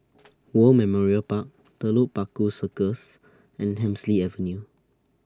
War Memorial Park Telok Paku Circus and Hemsley Avenue